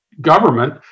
government